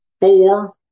Four